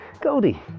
Goldie